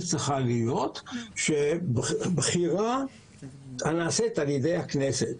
צריכה להיות שבחירה נעשית על ידי הכנסת,